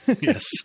Yes